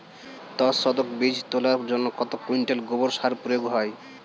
দশ শতক বীজ তলার জন্য কত কুইন্টাল গোবর সার প্রয়োগ হয়?